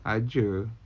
aje